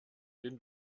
den